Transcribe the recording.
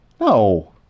No